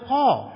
Paul